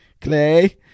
Clay